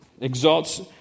exalts